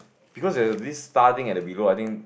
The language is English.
because has a bliss starting at the below I think